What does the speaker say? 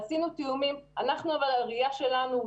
הראייה שלנו,